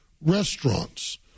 restaurants